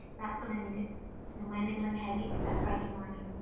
that's what i needed my niggling headache that friday morning,